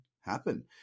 happen